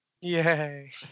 Yay